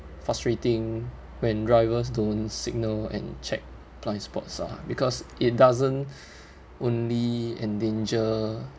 frustrating when drivers don't signal and check blind sports lah because it doesn't only endanger